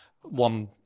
one